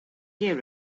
hear